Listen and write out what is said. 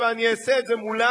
ואני אעשה את זה מולה